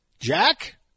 Jack